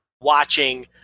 watching